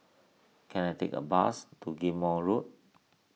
can I take a bus to Ghim Moh Road